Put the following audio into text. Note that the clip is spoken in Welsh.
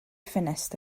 ffenest